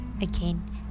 again